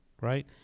right